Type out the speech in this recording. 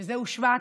שזהו שבט,